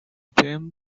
team